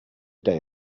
day